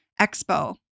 expo